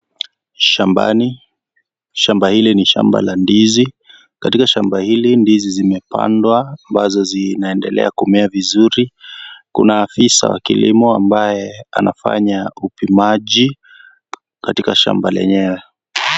Shambani, shamba hili ni shamba la ndizi, katika shamba hili ndizi zimepandwa ambazo zinaendelea kumea vizuri, kuna afisa wa kilimo ambaye anafanya upimaji katika shamba lenyewe.